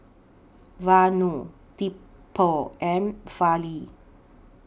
Vanu Tipu and Fali